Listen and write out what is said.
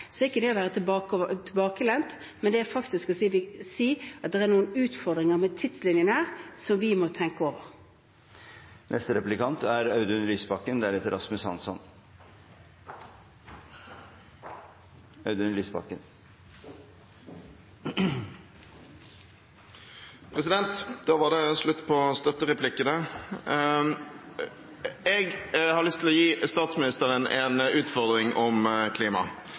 er faktisk å si at det er noen utfordringer med tidslinjene som vi må tenke over. Da var det slutt på støttereplikkene! Jeg har lyst til å gi statsministeren en utfordring om klima, for trontalen var full av fine ord, men ingenting konkret om klimapolitikken. Jeg er jo glad for at statsministeren har begynt å snakke om